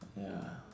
ya